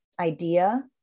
idea